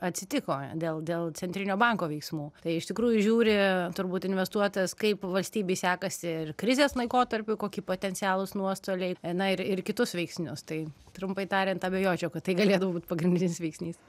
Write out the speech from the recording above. atsitiko dėl dėl centrinio banko veiksmų tai iš tikrųjų žiūri turbūt investuotojas kaip valstybei sekasi ir krizės laikotarpiu kokie potencialūs nuostoliai na ir ir kitus veiksnius tai trumpai tariant abejočiau kad tai galėtų būt pagrindinis veiksnys